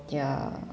ya